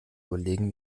überlegen